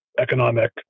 economic